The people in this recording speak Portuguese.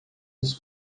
dos